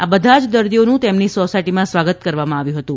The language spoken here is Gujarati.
આ બધા જ દર્દીઓનું તેમની સોસાયટીમાં સ્વાગત કરવામાં આવ્યું હતું